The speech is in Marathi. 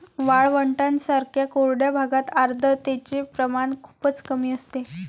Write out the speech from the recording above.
वाळवंटांसारख्या कोरड्या भागात आर्द्रतेचे प्रमाण खूपच कमी असते